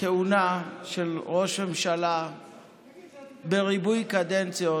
הכהונה של ראש ממשלה בריבוי קדנציות